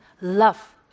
love